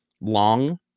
long